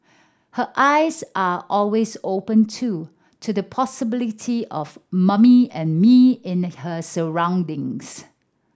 her eyes are always open too to the possibility of mummy and me in her surroundings